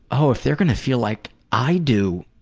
oh if they're going to feel like i do,